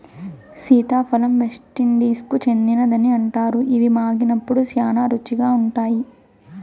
సీతాఫలం వెస్టిండీస్కు చెందినదని అంటారు, ఇవి మాగినప్పుడు శ్యానా రుచిగా ఉంటాయి